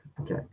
Okay